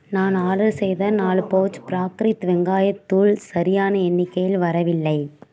நான் ஆர்டர் செய்த நாலு பவுச் ப்ராக்ரித் வெங்காயத் தூள் சரியான எண்ணிக்கையில் வரவில்லை